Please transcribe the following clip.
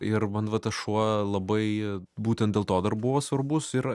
ir man va tas šuo labai būtent dėl to dar buvo svarbus ir